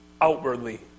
outwardly